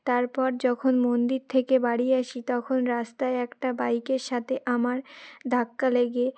তারপর যখন মন্দির থেকে বাড়ি আসি তখন রাস্তায় একটা বাইকের সাথে আমার ধাক্কা লেগে